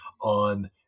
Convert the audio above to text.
on